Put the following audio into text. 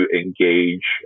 engage